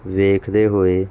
ਵੇਖਦੇ ਹੋਏ